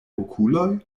okuloj